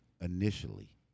initially